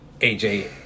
AJ